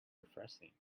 refreshing